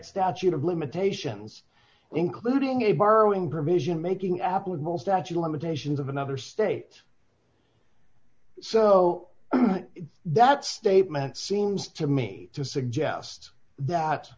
statute of limitations including a borrowing provision making applicable sacha limitations of another state so that statement seems to me to suggest that